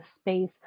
space